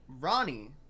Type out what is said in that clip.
ronnie